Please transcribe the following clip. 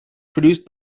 produced